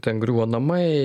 ten griūva namai